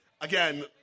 again